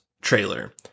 trailer